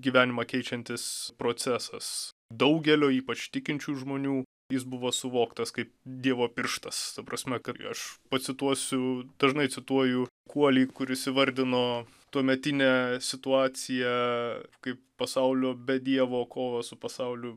gyvenimą keičiantis procesas daugelio ypač tikinčių žmonių jis buvo suvoktas kaip dievo pirštas ta prasme kad aš pacituosiu dažnai cituoju kuolį kuris įvardino tuometinę situaciją kaip pasaulio be dievo kovą su pasauliu